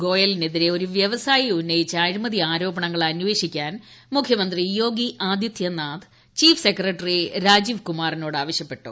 ഗോയലിനെതിരെ ഒരു വൃവസായി ഉന്നയിച്ച അഴിമതി ആരോപണങ്ങൾ അന്വേഷിക്കാൻ മുഖ്യമന്ത്രി യോഗി ആതിഥൃനാഥ് ചീഫ് സെക്രട്ടറി രാജീവ് കുമാറിനോട് ആവശ്യപ്പെട്ടു